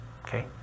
okay